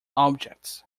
objects